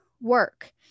work